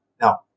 Now